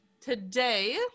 Today